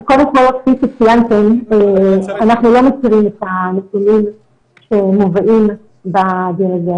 אז קודם כול כפי שציינתם אנחנו לא מכירים את הנתונים שמובאים בדיון הזה,